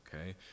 Okay